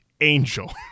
angel